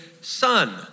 son